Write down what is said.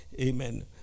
Amen